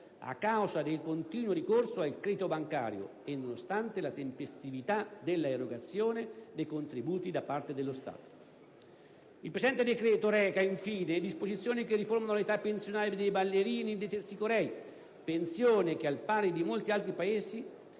a causa del continuo ricorso al credito bancario e nonostante la tempestività dell'erogazione dei contributi da parte dello Stato. Il presente decreto-legge reca, infine, disposizioni che riformano l'età pensionabile dei ballerini e dei tersicorei per i quali l'età di pensione,